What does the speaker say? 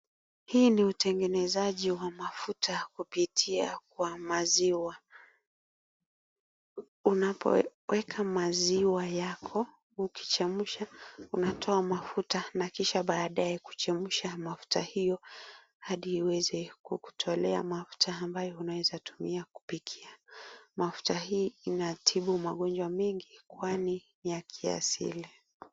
Hii ni utengenezaji wa mafuta kupitia kwa maziwa, unapoweka maziwa yako ukichemsha unatoa mafuta na kisha baadae kuchemsha mafuta hio, hadi iweze kukutolea mafuta ambayo unaweza tumia kupikia. Mafuta hii inatibu magonjwa mingi kwani ni ya kiasili.